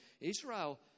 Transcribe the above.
Israel